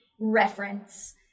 reference